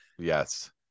Yes